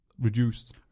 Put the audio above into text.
reduced